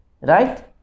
Right